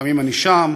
לפעמים אני שם,